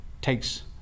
takes